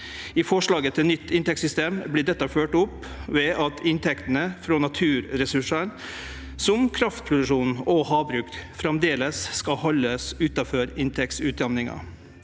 I forslaget til nytt inntektssystem vert dette følgt opp ved at inntektene frå naturressursane – som kraftproduksjon og havbruk – framleis skal haldast utanfor inntektsutjamninga.